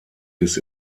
bis